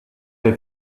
der